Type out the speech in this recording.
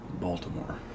Baltimore